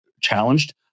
challenged